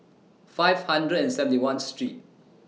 five hundred and seventy one Street